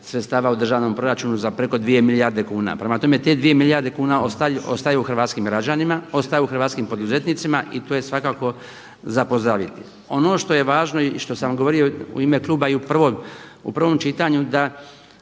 sredstva u državnom proračunu za preko dvije milijarde kuna. Prema tome, te dvije milijarde kuna ostaju hrvatskim građanima, ostaju hrvatskim poduzetnicima i to je svakako za pozdraviti. Ono što je važno i što sam govorio u ime kluba i u prvom čitanju, da